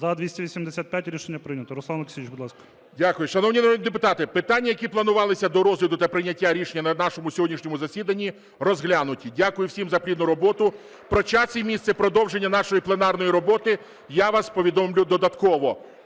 Ради України СТЕФАНЧУК Р.О. ГОЛОВУЮЧИЙ. Дякую. Шановні народні депутати, питання, які планувалися до розгляду та прийняття рішення на нашому сьогоднішньому засіданні, розглянуті. Дякую всім за плідну роботу. Про час і місце продовження нашої пленарної роботи я вас повідомлю додатково.